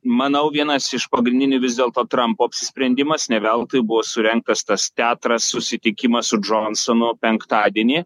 manau vienas iš pagrindinių vis dėlto trampo apsisprendimas ne veltui buvo surengtas tas teatras susitikimas su džonsonu penktadienį